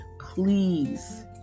Please